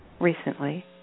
recently